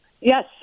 Yes